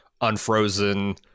unfrozen